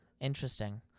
Interesting